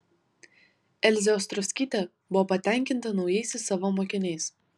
elzė ostrovskytė buvo patenkinta naujaisiais savo mokiniais